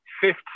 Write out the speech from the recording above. fifth